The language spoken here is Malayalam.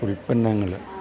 ഉത്പന്നങ്ങൾ